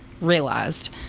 realized